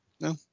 No